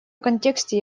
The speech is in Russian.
контексте